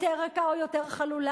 יותר רכה או יותר חלולה.